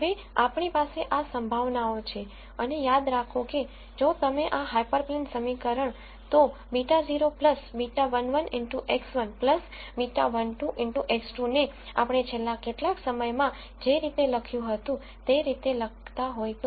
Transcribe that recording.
હવે આપણી પાસે આ સંભાવનાઓ છે અને યાદ રાખો કે જો તમે આ હાયપરપ્લેન સમીકરણ તો β0 β11 X1 β12 X2 ને આપણે છેલ્લા કેટલાક સમયમાં જે રીતે લખ્યું હતું તે રીતે લખતા હોય તો